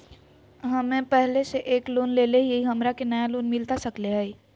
हमे पहले से एक लोन लेले हियई, हमरा के नया लोन मिलता सकले हई?